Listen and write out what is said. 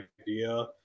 idea